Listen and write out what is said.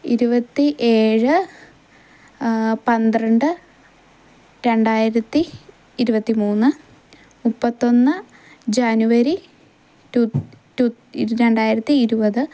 ഇരുപത്തി ഏഴ് പന്ത്രണ്ട് രണ്ടായിരത്തി ഇരുപത്തിമൂന്ന് മുപ്പത്തൊന്ന് ജനുവരി ടു ടു രണ്ടായിരത്തി ഇരുപത്